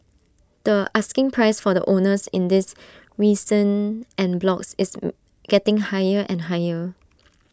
the asking price from the owners in these recent en blocs is getting higher and higher